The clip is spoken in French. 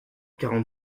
quarante